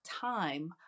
time